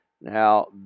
Now